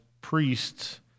priests